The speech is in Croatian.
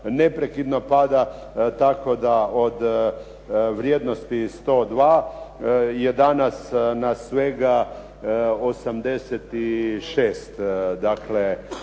neprekidno pada tako da od vrijednosti 102 je danas na svega 86.